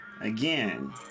again